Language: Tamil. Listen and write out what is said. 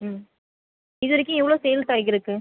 ம் இதுவரைக்கும் எவ்வளோ சேல்ஸ் ஆகியிருக்கு